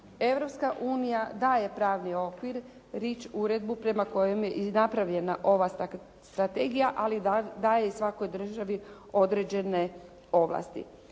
Europska unija daje pravni okvir, Rich uredbu prema kojem je napravljena ova strategija, ali daje i svakoj državi određene ovlasti.